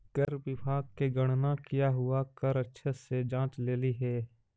कर विभाग ने गणना किया हुआ कर अच्छे से जांच लेली हे